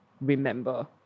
Remember